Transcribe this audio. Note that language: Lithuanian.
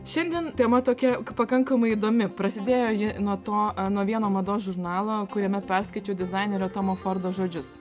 šiandien tema tokia pakankamai įdomi prasidėjo ji nuo to nuo vieno mados žurnalo kuriame perskaičiau dizainerio tomo fordo žodžius